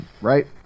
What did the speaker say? right